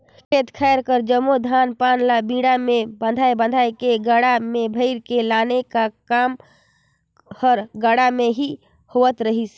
खेत खाएर कर जम्मो धान पान ल बीड़ा मे बाएध बाएध के गाड़ा मे भइर के लाने का काम हर गाड़ा मे ही होवत रहिस